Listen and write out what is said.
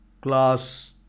class